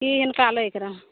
तीनटा लैके रहए